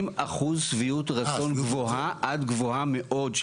80% שביעות רצון גבוהה עד גבוהה מאוד.